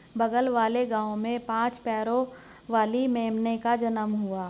बगल वाले गांव में पांच पैरों वाली मेमने का जन्म हुआ है